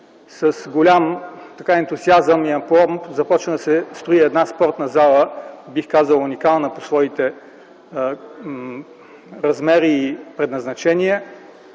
с голям ентусиазъм и апломб започна строежът на спортна зала, бих казал, уникална по своите размери и предназначение.